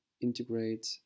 integrate